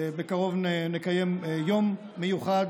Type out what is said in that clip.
ובקרוב נקיים יום מיוחד,